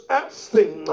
asking